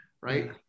right